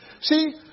See